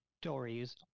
stories